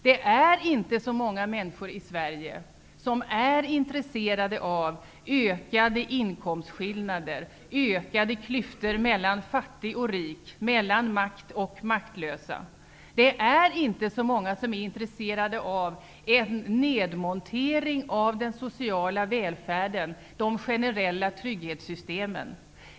Det är inte så många människor i Sverige som är intresserade av ökade inkomstskillnader, ökade klyftor mellan fattig och rik, mellan makt och maktlösa. Det är inte många som är intresserade av en nedmontering av den sociala välfärden och de generella trygghetssystemen.